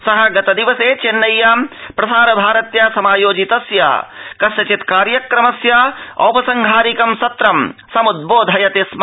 स गतदिवसे चेन्नय्यां प्रसारभारत्या समायोजितस्य कार्यक्रमस्य औपसंहारिकं सत्रं समुद्वोधयति स्म